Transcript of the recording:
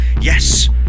Yes